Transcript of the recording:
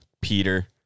Peter